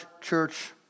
church